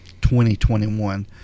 2021